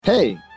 Hey